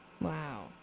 Wow